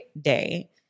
day